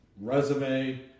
resume